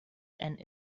and